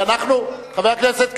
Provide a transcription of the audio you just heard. חבר הכנסת כץ,